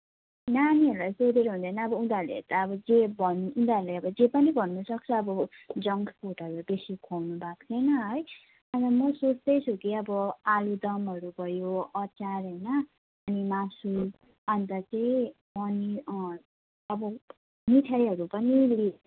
नानीहरूलाई सोधेर हुँदैन अब उनीहरूले त जे भन उनीहरूले अब जे पनि भन्नसक्छ अब जङ्क फुडहरू बेसी खुवाउनु भएको छैन है अन्त म सोच्दैछु कि अब आलु दमहरू भयो अचार होइन अनि मासु अन्त चाहिँ पनिर अँ अब मिठाईहरू पनि